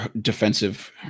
defensive